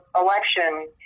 election